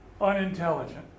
unintelligent